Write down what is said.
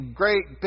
great